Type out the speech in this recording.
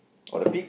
or the pig